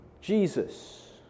Jesus